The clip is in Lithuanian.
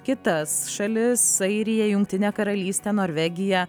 kitas šalis airiją jungtinę karalystę norvegiją